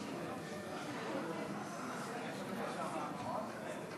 התשע"ה 2015: